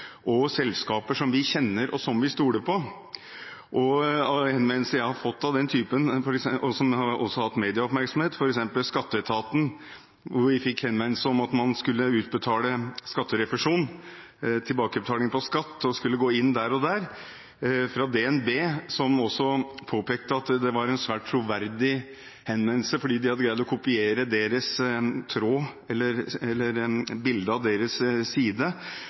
og selskaper som vi kjenner, og som vi stoler på. Henvendelser jeg har fått av den typen, og som også har hatt medieoppmerksomhet, er f.eks. fra Skatteetaten, hvor vi fikk henvendelse om at man skulle utbetale skatterefusjon, få tilbakebetalt skatt, og man skulle gå inn der og der, og fra DNB, som påpekte at det var en svært troverdig henvendelse, for de hadde greid å kopiere bildet av deres side, slik at man skulle gå inn der for å få en ny versjon av